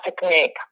technique